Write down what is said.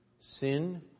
Sin